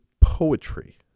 poetry